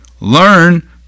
Learn